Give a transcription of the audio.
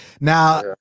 Now